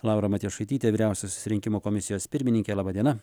laura matjošaitytė vyriausiosios rinkimų komisijos pirmininkė laba diena